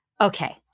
Okay